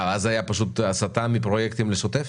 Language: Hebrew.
אז הייתה פשוט הסטה מפרויקטים לשוטף?